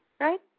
Right